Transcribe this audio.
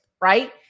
right